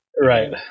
right